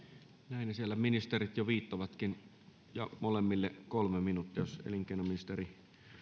näin siellä ministerit jo viittovatkin ja molemmille kolme minuuttia jos elinkeinoministeri